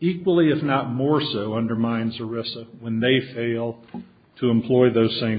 equally if not more so undermines arista when they fail to employ those same